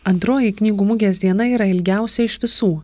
antroji knygų mugės diena yra ilgiausia iš visų